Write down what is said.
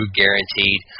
guaranteed